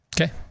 Okay